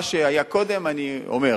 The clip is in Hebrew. מה שהיה קודם אני אומר.